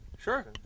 Sure